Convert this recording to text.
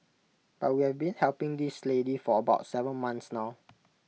but we've been helping this lady for about Seven months now